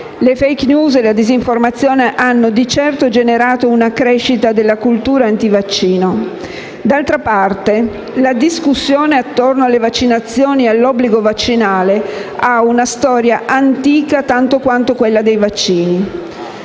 Le *fake news* e la disinformazione hanno di certo generato una crescita della cultura antivaccino. D'altra parte, la discussione attorno alle vaccinazioni e all'obbligo vaccinale ha una storia antica tanto quanto quella dei vaccini.